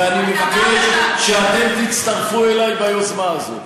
ואני מבקש שאתם תצטרפו אלי ביוזמה הזאת.